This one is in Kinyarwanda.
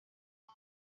uko